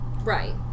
Right